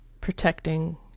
protecting